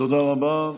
תודה רבה.